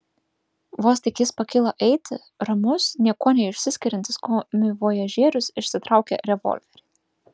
vos tik jis pakilo eiti ramus niekuo neišsiskiriantis komivojažierius išsitraukė revolverį